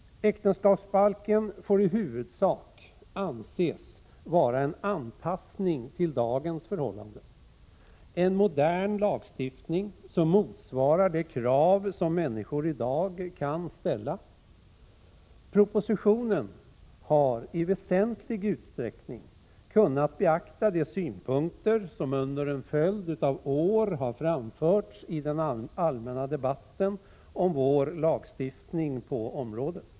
Äktenskapsbalken får i huvudsak anses vara en anpassning till dagens förhållanden, en modern lagstiftning som motsvarar de krav som människor i dag kan ställa. Propositionen har i väsentlig utsträckning kunnat beakta de synpunkter som under en följd av år framförts i den allmänna debatten om vår lagstiftning på området.